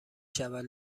شود